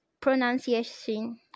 pronunciation